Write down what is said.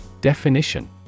Definition